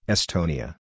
Estonia